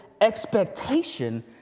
expectation